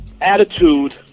attitude